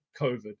COVID